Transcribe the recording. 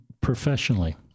professionally